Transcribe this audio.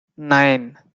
nine